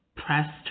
pressed